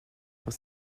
par